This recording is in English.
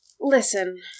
Listen